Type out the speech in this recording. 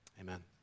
Amen